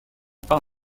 par